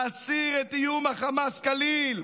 להסיר את איום החמאס כליל,